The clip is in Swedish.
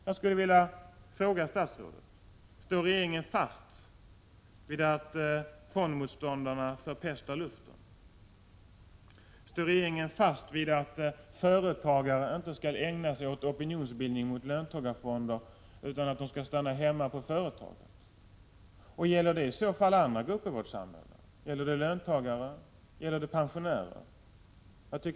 Jag vill fråga statsrådet: Står regeringen fast vid att fondmotståndarna förpestar luften? Står regeringen fast vid att företagare inte skall ägna sig åt opinionsbildning mot löntagarfonder utan stanna hemma på företaget? Gäller det i så fall andra grupper i samhället, som löntagare och pensionärer?